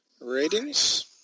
Ratings